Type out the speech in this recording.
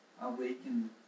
awaken